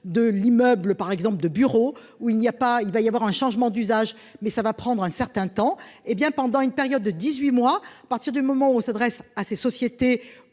de l'immeuble par exemple de bureau où il n'y a pas, il va y avoir un changement d'usage mais ça va prendre un certain temps hé bien pendant une période de 18 mois. Partir du moment où on s'adresse à ses sociétés